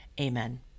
Amen